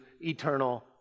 eternal